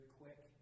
quick